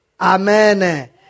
Amen